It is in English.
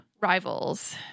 Rivals